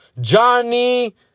Johnny